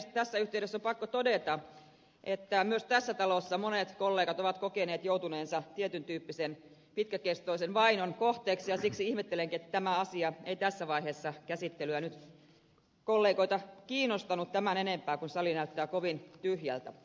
tässä yhteydessä on pakko todeta että myös tässä talossa monet kollegat ovat kokeneet joutuneensa tietyn tyyppisen pitkäkestoisen vainon kohteeksi ja siksi ihmettelenkin että tämä asia ei tässä vaiheessa käsittelyä nyt kollegoita kiinnostanut tämän enempää kun sali näyttää kovin tyhjältä